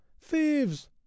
Thieves